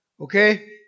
Okay